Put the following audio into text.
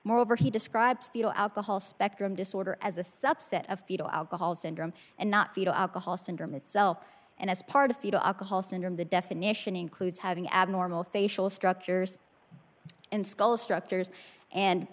moreover he describes fetal alcohol spectrum disorder as a subset of fetal alcohol syndrome and not fetal alcohol syndrome itself and as part of fetal alcohol syndrome the definition includes having abnormal facial structures and skull structures and